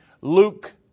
Luke